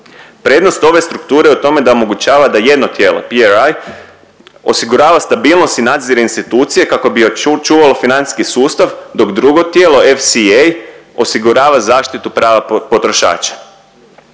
Prednost ove strukture je u tome da omogućava da jedno tijelo, PRA osigurava stabilnost i nadzire institucije kako bi očuvalo financijski sustav, dok drugo tijelo, FCA, osigurava zaštitu prava potrošača,